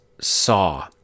saw